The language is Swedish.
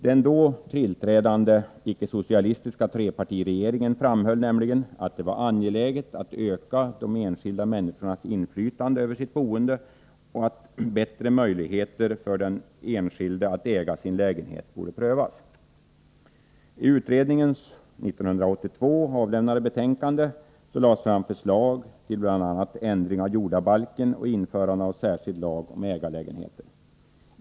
Den då tillträdande icke-socialistiska trepartiregeringen framhöll nämligen att det var angeläget att öka de enskilda människornas inflytande över sitt boende och att bättre möjligheter för den enskilde att äga sin lägenhet borde prövas. ändring av jordabalken och införande av särskild lag om ägarlägenheter.